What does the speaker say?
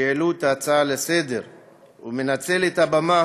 שהעלו את ההצעה לסדר-היום ומנצל את הבמה